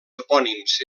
topònims